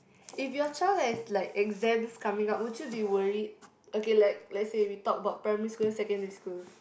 if your child has like exams coming up would you be worry okay like let's say we talk about primary school or secondary school